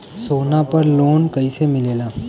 सोना पर लो न कइसे मिलेला?